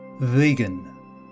Vegan